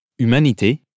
humanité